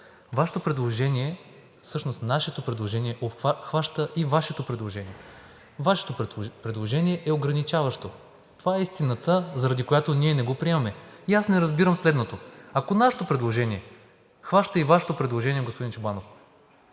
Вашето предложение, всъщност нашето предложение хваща и Вашето предложение. Вашето предложение е ограничаващо. Това е истината, заради която ние не го приемаме. Аз не разбирам следното: ако нашето предложение хваща и Вашето предложение, господин Чобанов,